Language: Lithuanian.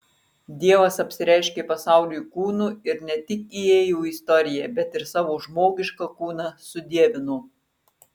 dievas apsireiškė pasauliui kūnu ir ne tik įėjo į istoriją bet ir savo žmogišką kūną sudievino